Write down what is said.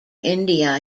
india